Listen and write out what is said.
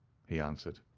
he answered.